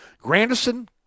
Granderson